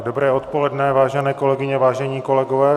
Dobré odpoledne, vážené kolegyně, vážení kolegové.